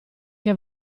che